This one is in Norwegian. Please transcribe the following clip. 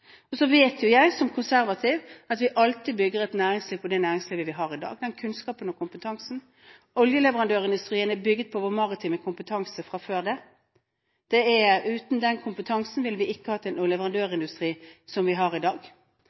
konservativ at vi alltid bygger et næringsliv på det næringslivet vi har i dag, med den kunnskapen og kompetansen. Oljeleverandørindustrien er bygget på vår maritime kompetanse fra før det. Uten den kompetansen ville vi ikke hatt en oljeleverandørindustri som vi har i dag.